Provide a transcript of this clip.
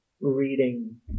reading